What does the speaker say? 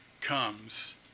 comes